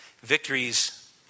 Victories